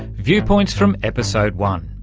viewpoints from episode one.